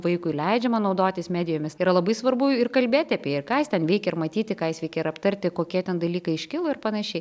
vaikui leidžiama naudotis medijomis yra labai svarbu ir kalbėti apie ir ką jis ten veikia ir matyti ką jis veikia ir aptarti kokie ten dalykai iškilo ir panašiai